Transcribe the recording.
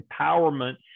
empowerment